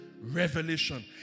Revelation